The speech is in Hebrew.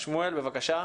שמואל בבקשה.